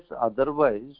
otherwise